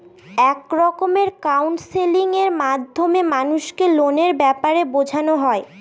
এক রকমের কাউন্সেলিং এর মাধ্যমে মানুষকে লোনের ব্যাপারে বোঝানো হয়